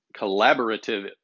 collaborative